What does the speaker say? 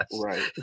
Right